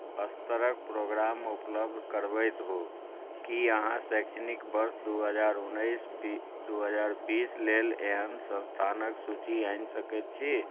स्तरक प्रोग्राम उपलब्ध करबैत हो की अहाँ शैक्षणिक वर्ष दू हजार उन्नैस दू हजार बीस लेल एहन संस्थानक सूची आनि सकैत छी